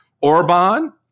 Orban